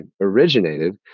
originated